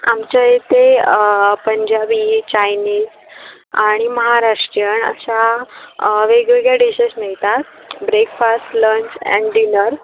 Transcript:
आमच्या इथे पंजाबी चायनीज आणि महाराष्ट्रीयन अशा वेगवेगळ्या डिशेस मिळतात ब्रेकफास्ट लंच अँड डिनर